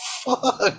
fuck